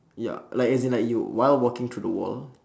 ya like as in like you while walking through the wall